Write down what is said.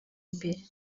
imbere